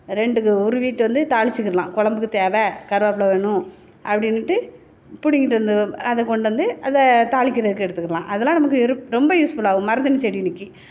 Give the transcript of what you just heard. ரெண்டுக்கு உருவிவிட்டு வந்து தாளிச்சிக்கிடலாம் கொழம்புக்கு தேவை கருவேப்புல்ல வேணும் அப்படின்னுட்டு பிடிங்கிட்டு வந்து அதை கொண்டாந்து அதை தாளிக்கிறதுக்கு எடுத்துக்கிடலாம் அதெல்லாம் நமக்கு இருப் ரொம்ப யூஸ்ஃபுல்லாகவும் மருதாணி செடி நிற்கி